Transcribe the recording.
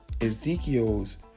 Ezekiel's